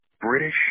british